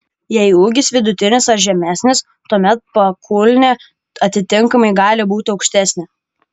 jei ūgis vidutinis ar žemesnis tuomet pakulnė atitinkamai gali būti aukštesnė